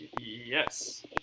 Yes